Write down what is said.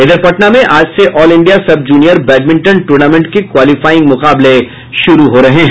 इधर पटना में आज से all India sub junior badminton tournament के क्वालीफाइंग मुकाबले शुरू हो रहे हैं